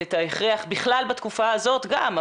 זה את ההכרח בכלל בתקופה הזאת גם,